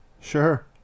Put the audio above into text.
Sure